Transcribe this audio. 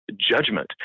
judgment